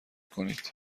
کنید